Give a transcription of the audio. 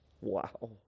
Wow